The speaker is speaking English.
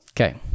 okay